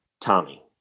Tommy